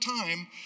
time